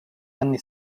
anni